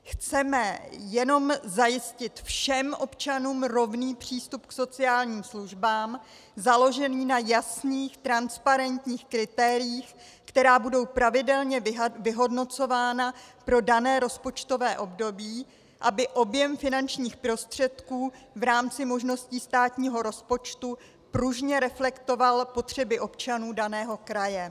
Chceme jenom zajistit všem občanům rovný přístup k sociálním službám, založený na jasných transparentních kritériích, která budou pravidelně vyhodnocována pro dané rozpočtové období, aby objem finančních prostředků v rámci možností státního rozpočtu pružně reflektoval potřeby občanů daného kraje.